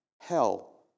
hell